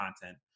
content